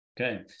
Okay